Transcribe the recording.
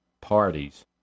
parties